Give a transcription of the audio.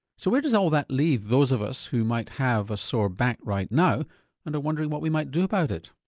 so where does all that leave those of us who might have a sore back right now and are wondering what we might do about it?